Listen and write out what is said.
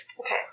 Okay